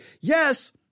yes